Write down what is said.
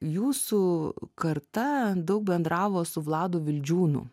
jūsų karta daug bendravo su vladu vildžiūnu